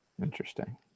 Interesting